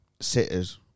sitters